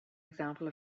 example